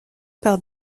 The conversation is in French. par